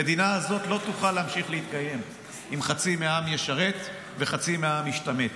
המדינה הזאת לא תוכל להמשיך להתקיים אם חצי מהעם ישרת וחצי מהעם ישתמט.